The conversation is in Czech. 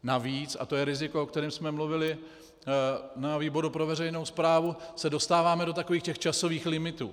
Navíc, a to je riziko, o kterém jsme mluvili na výboru pro veřejnou správu, se dostáváme do takových těch časových limitů.